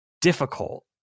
difficult